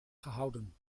gehouden